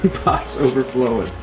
pot's overflowing.